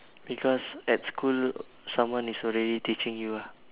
because at school someone is already teaching you ah